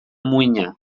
muina